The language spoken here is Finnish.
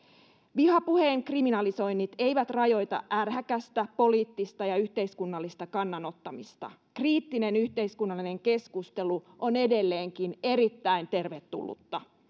vihapuheen kriminalisoinnit eivät rajoita ärhäkästä poliittista ja yhteiskunnallista kannanottamista kriittinen yhteiskunnallinen keskustelu on edelleenkin erittäin tervetullutta